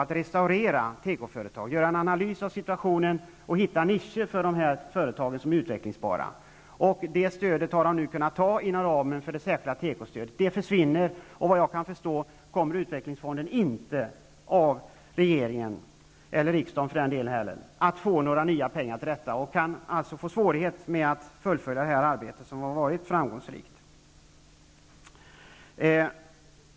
Det har gällt att göra en analys av situationen och hitta nischer som är utvecklingsbara för dessa företag. Det stödet har kunnat ges inom ramen för det särskilda tekostödet. Det försvinner nu, och vad jag kan förstå kommer utvecklingsfonden inte att få några nya pengar från regeringen eller för den delen riksdagen. Man kan alltså få svårigheter att fullfölja detta arbete, som har varit framgångsrikt.